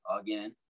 again